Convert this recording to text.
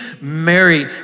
Mary